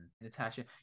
Natasha